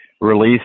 released